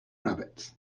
rabbits